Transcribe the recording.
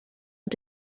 hat